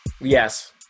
Yes